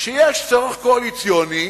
כשיש צורך קואליציוני,